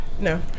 No